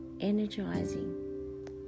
energizing